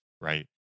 right